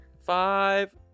Five